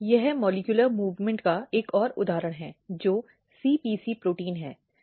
यह molecular movement का एक और उदाहरण है जो सीपीसी प्रोटीन है